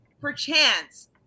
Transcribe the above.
perchance